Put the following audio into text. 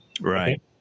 Right